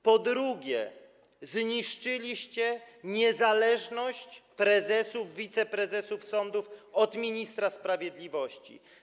Po drugie, zniszczyliście niezależność prezesów, wiceprezesów sądów od ministra sprawiedliwości.